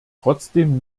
trotzdem